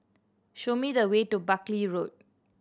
show me the way to Buckley Road